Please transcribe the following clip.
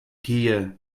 tier